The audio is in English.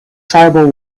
tribal